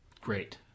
great